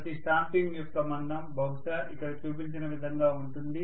ప్రతి స్టాంపింగ్ యొక్క మందం బహుశా ఇక్కడ చూపించిన విధంగా ఉంటుంది